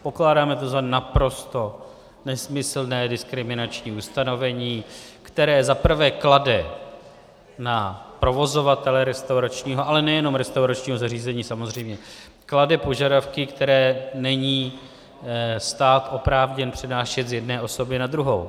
Pokládáme to za naprosto nesmyslné, diskriminační ustanovení, které zaprvé klade na provozovatele restauračního, ale nejenom restauračního zařízení samozřejmě, klade požadavky, které není stát oprávněn přenášet z jedné osoby na druhou.